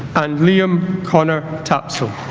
and liam connor tapsell